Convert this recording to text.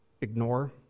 ignore